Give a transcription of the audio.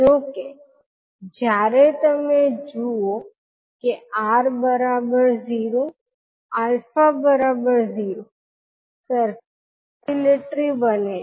જો કે જ્યારે તમે જુઓ કે 𝑅0 𝛼0 સર્કિટ ઓસિલેટરી બને છે